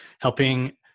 helping